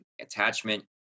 attachment